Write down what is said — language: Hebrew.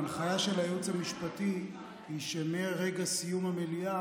ההנחיה של הייעוץ המשפטי היא שמרגע סיום המליאה,